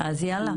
אז יאללה,